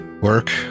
work